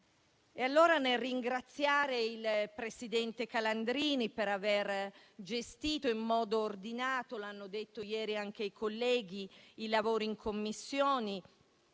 decenza. Ringrazio il presidente Calandrini per aver gestito in modo ordinato - l'hanno detto ieri anche i colleghi - i lavori in Commissione,